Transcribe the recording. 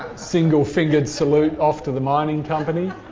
single-fingered salute off to the mining company.